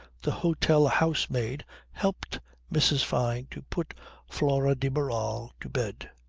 the hotel housemaid helped mrs. fyne to put flora de barral to bed.